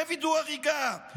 זה וידוא הריגה,